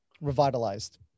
revitalized